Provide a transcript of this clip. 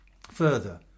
further